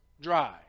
dry